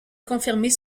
confirmer